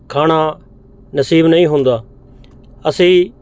ਖਾਣਾ ਨਸੀਬ ਨਹੀਂ ਹੁੰਦਾ ਅਸੀਂ